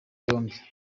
yombi